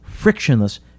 frictionless